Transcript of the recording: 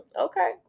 Okay